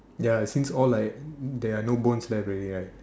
ya since all like there are no bones left already right